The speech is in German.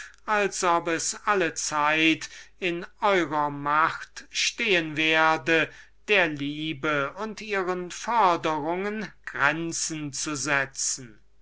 schmeichelt daß es allezeit in eurer macht stehe der liebe und ihren forderungen grenzen zu setzen